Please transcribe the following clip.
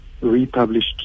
republished